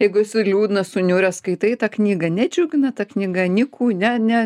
jeigu esi liūdnas suniuręs skaitai tą knygą nedžiugina ta knyga nyku ne ne